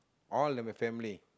all of my family